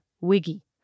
wiggy